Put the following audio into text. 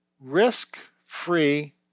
risk-free